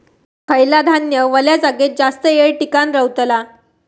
खयला धान्य वल्या जागेत जास्त येळ टिकान रवतला?